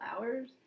hours